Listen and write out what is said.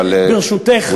ברשותך,